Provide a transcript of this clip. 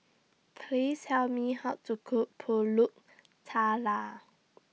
Please Tell Me How to Cook Pulut Tatal